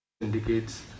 indicates